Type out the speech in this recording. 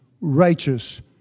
righteous